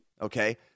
Okay